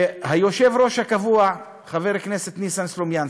שהיושב-ראש הקבוע, חבר הכנסת ניסן סלומינסקי,